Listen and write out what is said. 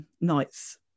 Nights